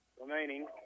remaining